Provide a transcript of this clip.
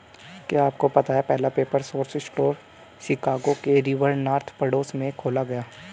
क्या आपको पता है पहला पेपर सोर्स स्टोर शिकागो के रिवर नॉर्थ पड़ोस में खोला गया?